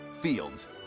Fields